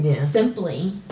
simply